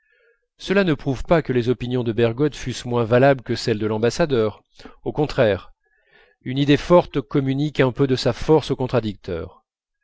cela ne prouve pas que les opinions de bergotte fussent moins valables que celles de l'ambassadeur au contraire une idée forte communique un peu de sa force au contradicteur